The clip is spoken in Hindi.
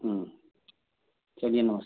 हाँ चलिए नमस्ते